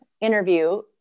interview